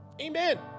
Amen